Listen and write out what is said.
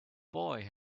boy